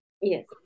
Yes